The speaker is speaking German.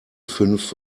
fünf